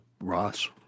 Ross